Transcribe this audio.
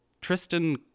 Tristan